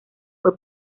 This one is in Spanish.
fue